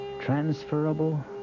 transferable